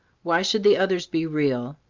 why should the others be real,